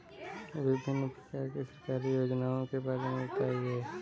विभिन्न प्रकार की सरकारी योजनाओं के बारे में बताइए?